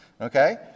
Okay